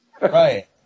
Right